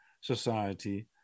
society